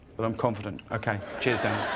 but i'm confident. ok